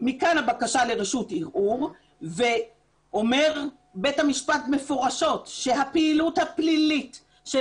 מכאן הבקשה לרשותך ערעור ואומר בית המשפט מפורשות שהפעילות הפלילית של